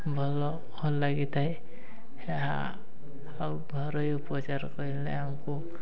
ଭଲ ଲାଗିଥାଏ ଏହା ଆଉ ଘରୋଇ ଉପଚାର କହିଲେ ଆମକୁ